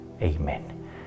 amen